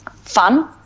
Fun